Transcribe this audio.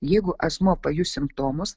jeigu asmuo pajus simptomus